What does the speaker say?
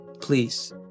please